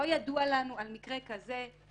לא ידוע לנו על מקרה כזה,